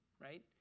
right